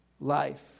life